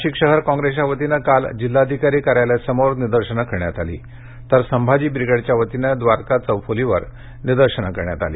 नाशिक शहर काँप्रेसच्या वतीने काल जिल्हाधिकारी कार्यालयासमोर निदर्शने करण्यात आली तर संभाजी बिग्रेडच्या वतीने व्दारका चौफुलीवर निदर्शने करण्यात आली